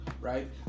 right